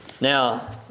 Now